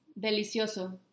Delicioso